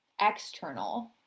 external